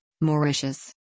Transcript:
Mauritius